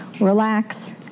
relax